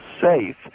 safe